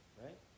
right